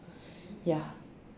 ya